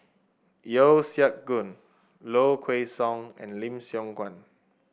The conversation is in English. Yeo Siak Goon Low Kway Song and Lim Siong Guan